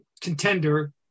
contender